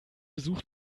sucht